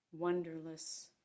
wonderless